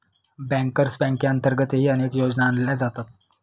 bankers बँकेअंतर्गतही अनेक योजना आणल्या जातात